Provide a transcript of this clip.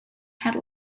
had